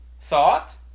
thought